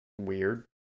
weird